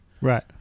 Right